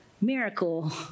miracle